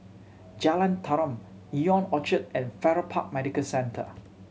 Jalan Tarum Ion Orchard and Farrer Park Medical Centre